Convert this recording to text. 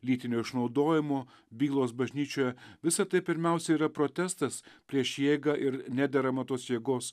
lytinio išnaudojimo bylos bažnyčioje visa tai pirmiausia yra protestas prieš jėgą ir nederamą tos jėgos